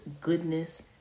goodness